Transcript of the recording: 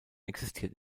existiert